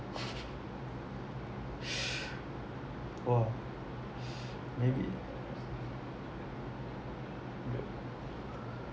!wah! maybe